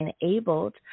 enabled